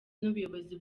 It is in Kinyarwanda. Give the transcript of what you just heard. n’ubuyobozi